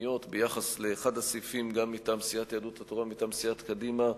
פניות ביחס לאחד הסעיפים מטעם סיעת יהדות התורה ומטעם סיעת קדימה,